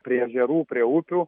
prie ežerų prie upių